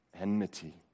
Enmity